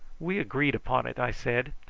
we agreed upon it, i said.